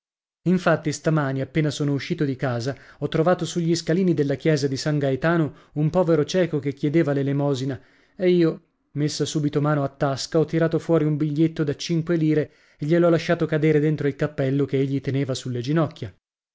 infatti stamani appena sono uscito di casa ho trovato sugli scalini della chiesa di san gaetano un povero cieco che chiedeva l'elemosina e io messa subito mano a tasca ho tirato fuori un biglietto da cinque lire e gliel'ho lasciato cadere dentro il cappello che egli teneva sulle ginocchia